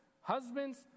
husbands